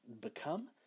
become